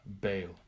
bail